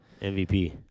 MVP